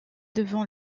devant